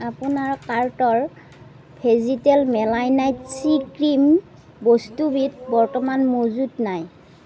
আপোনাৰ কাৰ্টৰ ভেজীতেল মেলানাইট চি ক্ৰীম বস্তুবিধ বৰ্তমান মজুত নাই